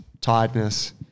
tiredness